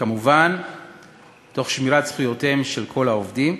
כמובן תוך שמירת זכויותיהם של כל העובדים,